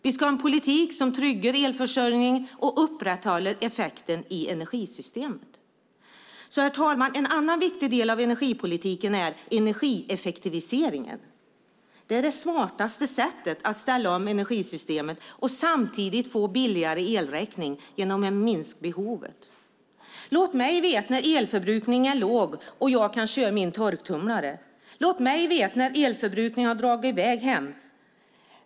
Vi ska ha en politik som tryggar elförsörjning och upprätthåller effekten i energisystemet. Herr talman! En annan viktig del av energipolitiken är energieffektiviseringen. Det är det smartaste sättet att ställa om energisystemet och samtidigt få billigare elräkning genom att minska behovet. Låt mig veta när elförbrukningen är låg och jag kan köra min torktumlare! Låt mig veta när elförbrukningen har dragit i väg hemma!